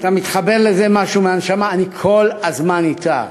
אתה מתחבר לזה, משהו מהנשמה, אני כל הזמן אתה.